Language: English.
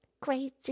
Crazy